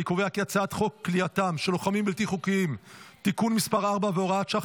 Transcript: חוק כליאתם של לוחמים בלתי חוקיים (תיקון מס' 4 והוראת שעה,